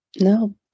No